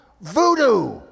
Voodoo